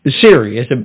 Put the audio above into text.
Serious